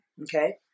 okay